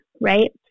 right